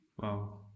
wow